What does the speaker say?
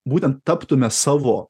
būtent taptume savo